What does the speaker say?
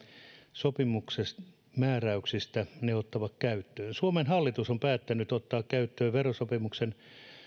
sopimuksen määräyksistä ne ottavat käyttöön suomen hallitus on päättänyt ottaa käyttöön verosopimuksen